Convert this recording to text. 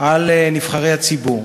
על נבחרי הציבור,